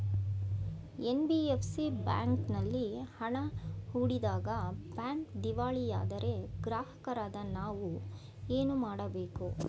NBFC ಬ್ಯಾಂಕಿನಲ್ಲಿ ಹಣ ಹೂಡಿದಾಗ ಬ್ಯಾಂಕ್ ದಿವಾಳಿಯಾದರೆ ಗ್ರಾಹಕರಾದ ನಾವು ಏನು ಮಾಡಬೇಕು?